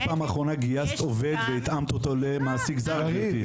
בפעם האחרונה גייסת עובד והתאמת אותו למעסיק זר גבירתי?